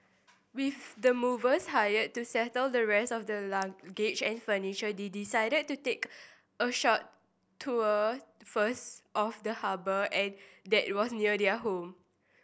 with the movers hired to settle the rest of their luggage and furniture they decided to take a short tour first of the harbour that was near their home